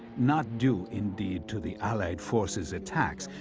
not due indeed to the allied forces attacks,